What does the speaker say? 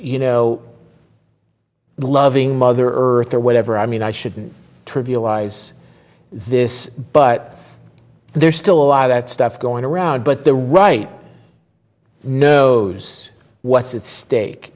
you know loving mother earth or whatever i mean i shouldn't trivialize this but there's still a lot of that stuff going around but the right knows what's at stake